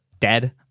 dead